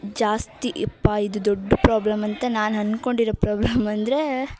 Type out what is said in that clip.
ಜಾಸ್ತಿ ಇಪ್ಪಾ ಇದು ದೊಡ್ದು ಪ್ರಾಬ್ಲಮ್ ಅಂತ ನಾನು ಅನ್ಕೊಂಡಿರೊ ಪ್ರಾಬ್ಲಮ್ ಅಂದರೆ